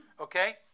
Okay